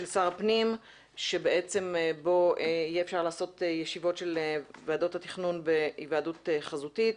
שר הפנים שבו יהיה אפשר לעשות ישיבות של ועדות התכנון בהיוועדות חזותית.